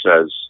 says